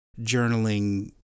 journaling